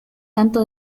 tanto